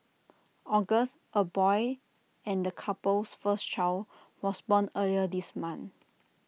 August A boy and the couple's first child was born earlier this month